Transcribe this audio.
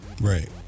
Right